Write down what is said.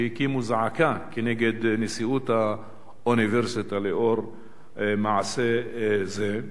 שהקימו זעקה כנגד נשיאות האוניברסיטה לאור מעשה זה.